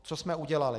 Co jsme udělali?